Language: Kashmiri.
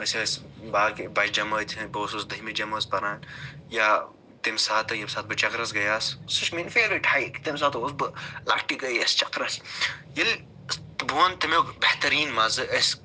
أسۍ ٲسۍ باقے بَجہ جَمٲتۍ ہٕنٛد بہٕ اوسُس دہمہِ جَمٲژ پَران یا تمہِ ساتہٕ یمہٕ ساتہٕ بہٕ چَکرَس گٔیس سُہ چھِ میٲنۍ فیورِٹ ہایِک تمہ ساتہٕ اوس بہٕ لَکٹہِ گٔے أسۍ چکرَس بہٕ وَنہٕ تمیُک بہتریٖن مَزٕ أسۍ